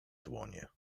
dłonie